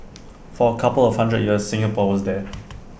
for A couple of hundred years Singapore was there